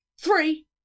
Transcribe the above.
Three